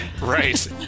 Right